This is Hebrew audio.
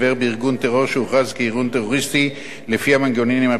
שהוכרז כארגון טרוריסטי לפי המנגנונים הפנים-ישראליים,